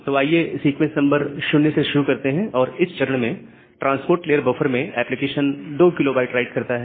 तो आइए sequence number 0 से शुरू करते हैं और इस चरण में ट्रांसपोर्ट लेयर बफर में एप्लीकेशन 2 KB राइट करता है